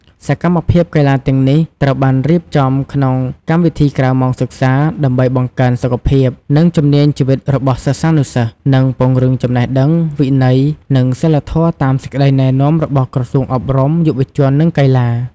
សកម្មភាពកីឡាទាំងនេះត្រូវបានរៀបចំក្នុងកម្មវិធីក្រៅម៉ោងសិក្សា ដើម្បីបង្កើនសុខភាព និងជំនាញជីវិតរបស់សិស្សានុសិស្ស និងពង្រឹងចំណេះដឹង វិន័យ និងសីលធម៌តាមសេចក្តីណែនាំរបស់ក្រសួងអប់រំ យុវជន និងកីឡា។